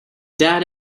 dad